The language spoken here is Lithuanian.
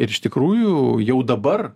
ir iš tikrųjų jau dabar